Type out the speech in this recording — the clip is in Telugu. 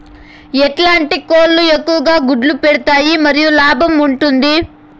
ఎట్లాంటి కోళ్ళు ఎక్కువగా గుడ్లు పెడతాయి మరియు లాభంగా ఉంటుంది?